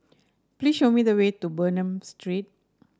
please show me the way to Bernam Street